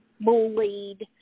bullied